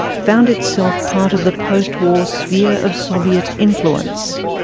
found itself part of the post-war sphere of soviet influence.